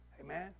Amen